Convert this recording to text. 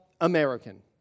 American